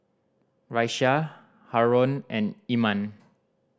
Raisya Haron and Iman